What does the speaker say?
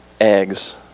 eggs